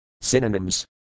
Synonyms